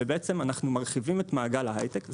ובעצם אנחנו מרחיבים את מעגל ההייטק.